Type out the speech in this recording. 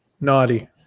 naughty